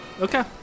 Okay